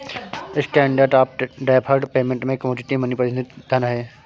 standard of deferred payment में commodity money प्रतिनिधि धन हैं